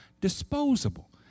disposable